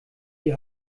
die